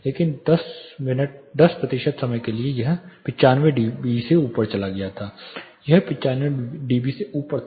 लेकिन 10 प्रतिशत समय के लिए यह 95 डीबी से ऊपर चला गया यह 95 डीबी से ऊपर था